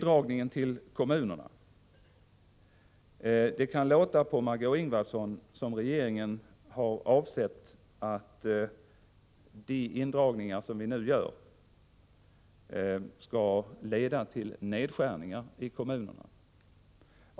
Det låter på Margé Ingvardsson som om regeringen hade avsett att de indragningar av medel till kommunerna som vi nu gör skall leda till nedskärningar.